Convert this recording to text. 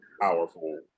powerful